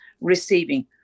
receiving